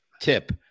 tip